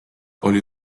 oli